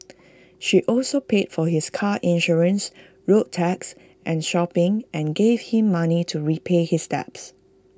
she also paid for his car insurance road tax and shopping and gave him money to repay his debts